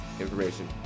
information